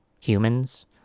humans